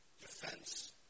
defense